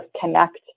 connect